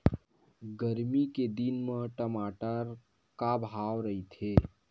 गरमी के दिन म टमाटर का भाव रहिथे?